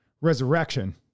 resurrection